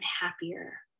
happier